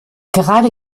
gerade